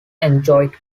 enjoyed